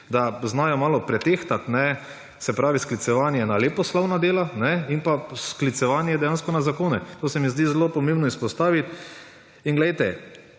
da znajo malo pretehtati, kajne; se pravi sklicevanje na leposlovna dela in pa sklicevanje dejansko na zakone. To se mi zdi zelo pomembno izpostaviti. In glejte,